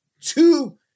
Two